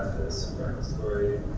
this freckle story,